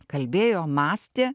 kalbėjo mąstė